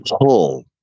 pull